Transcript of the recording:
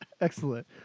Excellent